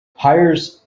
hires